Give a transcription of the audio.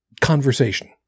conversation